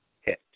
hit